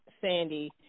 Sandy